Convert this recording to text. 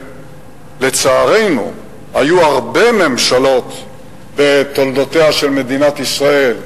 לצערנו היו הרבה ממשלות בתולדותיה של מדינת ישראל,